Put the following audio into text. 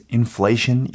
inflation